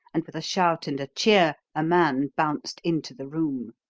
and with a shout and a cheer a man bounced into the room.